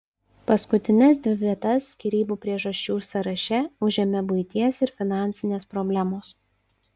paskutines dvi vietas skyrybų priežasčių sąraše užėmė buities ir finansinės problemos